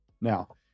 Now